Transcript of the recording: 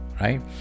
right